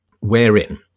wherein